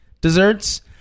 desserts